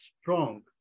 strong